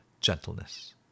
gentleness